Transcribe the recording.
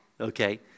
okay